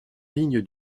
ligne